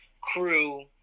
crew